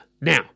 Now